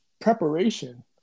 preparation